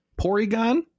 Porygon